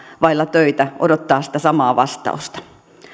vailla töitä odottaa sitä samaa vastausta